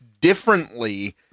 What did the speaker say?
differently